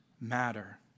matter